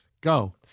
Go